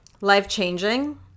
life-changing